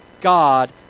God